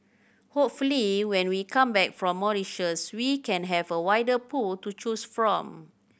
hopefully when we come back from Mauritius we can have a wider pool to choose from